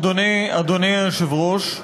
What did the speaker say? אדוני היושב-ראש.